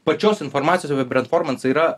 pačios informacijos apie brentformansą yra